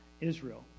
Israel